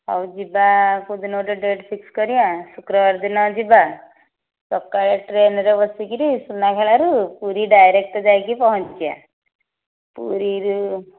ହେଉ ଯିବା କେଉଁ ଦିନ ଗୋଟିଏ ଡେଟ୍ ଫିକ୍ସ କରିବା ଶୁକ୍ରବାର ଦିନ ଯିବା ସକାଳେ ଟ୍ରେନରେ ବସିକରି ସୁନାଖେଳାରୁ ପୁରୀ ଡାଇରେକ୍ଟ ଯାଇକି ପହଞ୍ଚିବା ପୁରୀରୁ